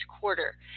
quarter